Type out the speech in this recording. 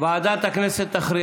ועדת הפנים.